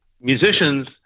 musicians